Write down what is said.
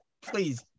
please